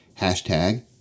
Hashtag